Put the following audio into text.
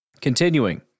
Continuing